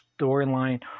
storyline